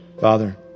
Father